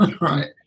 Right